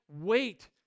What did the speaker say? wait